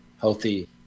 healthy